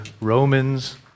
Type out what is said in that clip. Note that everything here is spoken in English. Romans